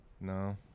No